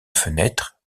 fenêtre